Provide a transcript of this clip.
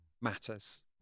matters